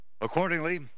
Accordingly